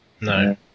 No